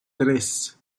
tres